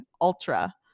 ultra